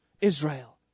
Israel